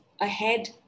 ahead